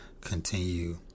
continue